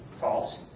false